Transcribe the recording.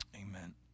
Amen